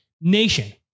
nation